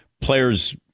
players